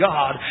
God